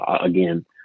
again